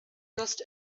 trust